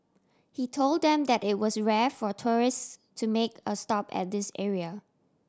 he told them that it was rare for tourists to make a stop at this area